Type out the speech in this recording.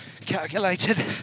calculated